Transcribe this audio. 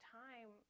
time